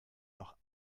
noch